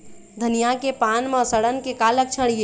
धनिया के पान म सड़न के का लक्षण ये?